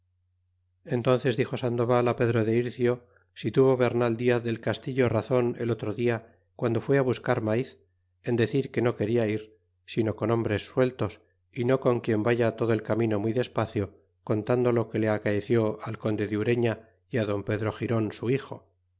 entónces dixo sandoval á pedro de ircio si tuvo bernal del castillo razon el otro dia guando fué diaz á buscar maiz en decir que no queda ir sino con hombres sueltos y no con quien vaya todo el camino muy despacio contando lo que le acaeció al conde de urefia y it don pedro giron su hijo